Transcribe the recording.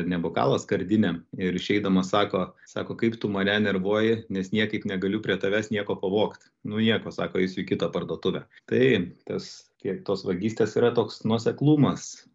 ne bokalą skardinę ir išeidamas sako sako kaip tu mane nervuoji nes niekaip negaliu prie tavęs nieko pavogt nu nieko sako eisiu į kitą parduotuvę tai tas tos vagystės yra toks nuoseklumas